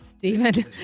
Stephen